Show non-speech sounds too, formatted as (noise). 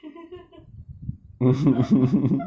(laughs)